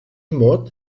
mot